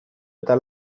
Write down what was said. eta